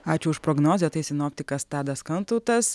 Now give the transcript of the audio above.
ačiū už prognozę tai sinoptikas tadas kantautas